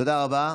תודה רבה.